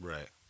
Right